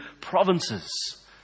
provinces